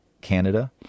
Canada